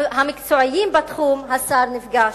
המקצועיים בתחום, השר נפגש?